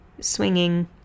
swinging